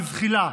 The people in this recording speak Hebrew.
בזחילה,